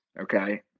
okay